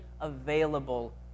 available